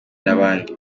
n’abandi